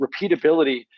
repeatability